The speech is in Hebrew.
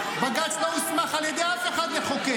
בג"ץ לא הוסמך על ידי אף אחד לחוקק,